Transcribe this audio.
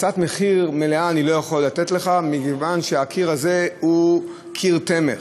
הצעת מחיר מלאה אני לא יכול לתת לך מכיוון שהקיר הזה הוא קיר תמך,